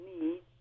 need